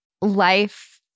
life